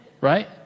right